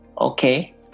Okay